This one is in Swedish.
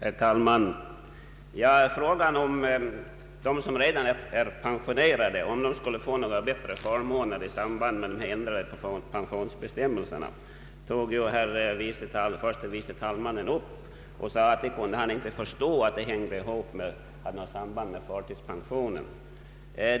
Herr talman! Herr förste vice talmannen sade att han inte kunde förstå att frågan om bättre förmåner i samband med de ändrade pensionsbestämmelserna för dem som redan är pensionerade hade något samband med frågan om förtidspension.